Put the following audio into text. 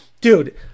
Dude